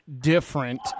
different